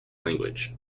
language